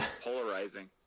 polarizing